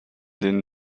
den